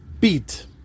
beat